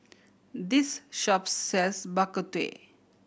this shop sells Bak Kut Teh